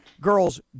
Girls